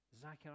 Zachariah